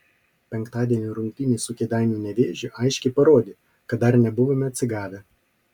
penktadienio rungtynės su kėdainių nevėžiu aiškiai parodė kad dar nebuvome atsigavę